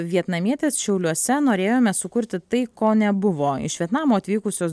vietnamietės šiauliuose norėjome sukurti tai ko nebuvo iš vietnamo atvykusios